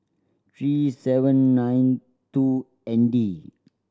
three seven nine two N D